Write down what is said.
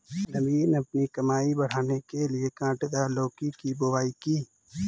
नवीन अपनी कमाई बढ़ाने के लिए कांटेदार लौकी की बुवाई की